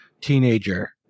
teenager